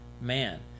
man